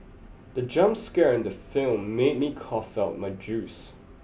the jump scare in the film made me cough out my juice